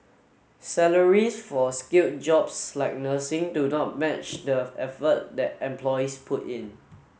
salaries for skilled jobs like nursing do not match the effort that employees put in